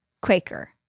Quaker